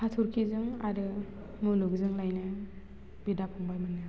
हाथरखिजों आरो मुलुगजोंलायनो बिदा फंबायमोननो